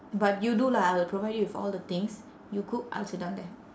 but you do lah I'll provide you with all the things you cook I'll sit down there